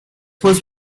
was